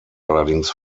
allerdings